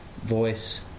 voice